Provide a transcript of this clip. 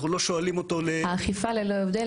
אנחנו לא שואלים אותו --- האכיפה ללא הבדל,